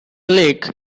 lick